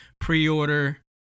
pre-order